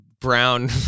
brown